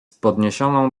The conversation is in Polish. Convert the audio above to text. podniesioną